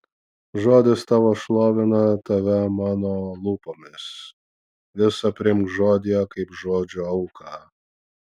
žodis tavo šlovina tave mano lūpomis visa priimk žodyje kaip žodžio auką